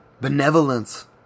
benevolence